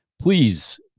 Please